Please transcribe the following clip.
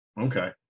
Okay